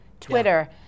Twitter